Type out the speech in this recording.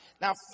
Now